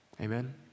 Amen